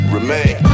Remain